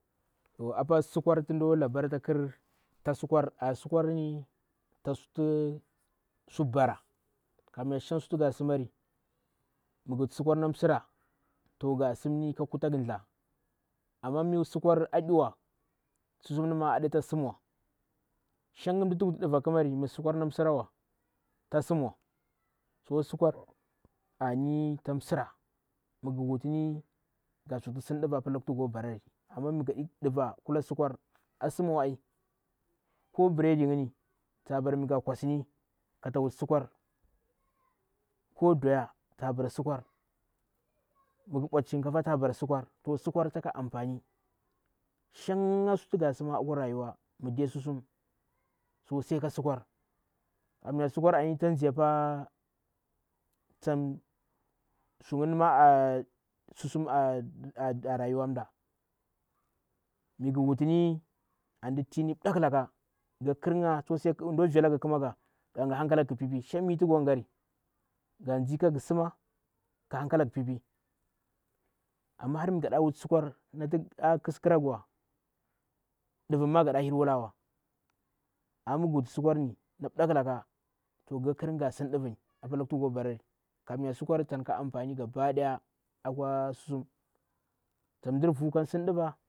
Toh apa nsikar tido labar ta nkir a sikwar ta sutu sur bara kamya nshang su tu nga simarri mnguwutu su kwar na msira toh nga msimini ka nkutanga mda ama musikwar ɗuwa sisumni ma adaita simwa shang mdu ti ngu wuti mdiva nkkamari msukwarni msirawa ta simwa ko sikwar ani tam sira mgu wutni nga tsukti sim mɗua apa luktu ngo barari ama mgu wuti ndiva kula sikwan a sim wa ai ko bendi nyini tabara mngu nkwasini kata wutu sikwar ko doyya ta bara sikwar mngu ni wati shinkaa tabara sikwar toh sikwar taka amfani shanga su nati nga simma nkwa rayuwa nga mdiki susuna to sai ka sikwar nkamya sikwan ani, tanzay pa tan suyini ma a susum a rayuwa mda. mngu wutuni anti ndi tini mɗaklaka ngu ka nkirnga mundi vilanga nkimanga nga ngati hankala nga pipiy shang mitu ngu ngari ka nzi ka ngu nsima ka hanka langa pipi ama har minga da wutu sikwar nati a nkis nkira nguwa ndum ma nga da nher wula wa ama mngu wutu sikwarni mda kla ka toh ng ka nkur nga nga simdivini apa luktu barari kamanya sikwar tan nka amfani ga ba daya akwa susumtan ndir vu kan sim ndu.